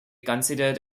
considered